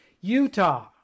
Utah